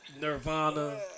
Nirvana